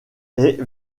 est